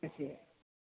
okay മ്മ്